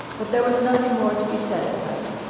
but there was nothing more to be said at present.